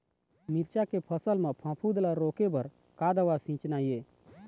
मिरचा के फसल म फफूंद ला रोके बर का दवा सींचना ये?